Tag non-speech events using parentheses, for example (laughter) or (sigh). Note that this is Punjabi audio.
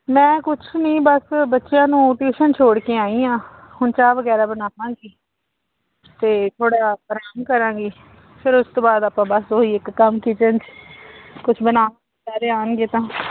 ਮੈਂ ਕੁਛ ਨਹੀਂ ਬਸ ਬੱਚਿਆਂ ਨੂੰ ਟਿਊਸ਼ਨ ਛੋੜ ਕੇ ਆਈ ਹਾਂ ਹੁਣ ਚਾਹ ਵਗੈਰਾ ਬਣਾਵਾਂਗੀ ਅਤੇ ਥੋੜ੍ਹਾ ਆਰਾਮ ਕਰਾਂਗੀ ਫੇਰ ਉਸ ਤੋਂ ਬਾਅਦ ਆਪਾਂ ਉਹੀ ਇੱਕ ਕੰਮ ਕਿਚਨ 'ਚ ਕੁਛ ਬਣਾਉਣ (unintelligible) ਸਾਰੇ ਆਉਣਗੇ ਤਾਂ